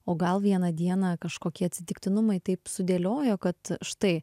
o gal vieną dieną kažkokie atsitiktinumai taip sudėliojo kad štai